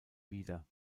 wieder